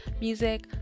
music